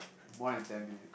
more than ten minute